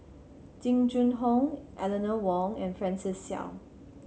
Jing Jun Hong Eleanor Wong and Francis Seow